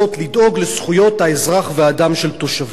לדאוג לזכויות האזרח והאדם של תושביה.